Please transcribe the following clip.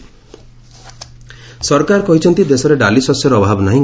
ଗଭ୍ ସରକାର କହିଛନ୍ତି ଦେଶରେ ଡାଲି ଶସ୍ୟର ଅଭାବ ନାହିଁ